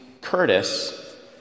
Curtis